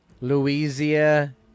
Louisiana